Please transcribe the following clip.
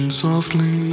softly